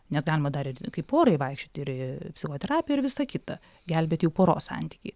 nes galima dar ir kaip porai vaikščioti ir į psichoterapiją ir visa kita gelbėti jau poros santykiai